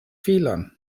filon